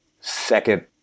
Second